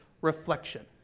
reflection